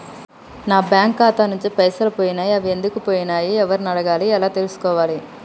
నా బ్యాంకు ఖాతా నుంచి పైసలు పోయినయ్ అవి ఎందుకు పోయినయ్ ఎవరిని అడగాలి ఎలా తెలుసుకోవాలి?